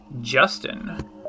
Justin